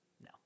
no